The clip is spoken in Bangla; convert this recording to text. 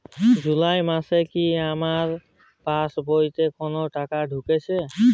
জুলাই মাসে কি আমার পাসবইতে কোনো টাকা ঢুকেছে?